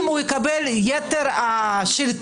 אם יקבל את יתר השלטון,